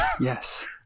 Yes